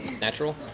Natural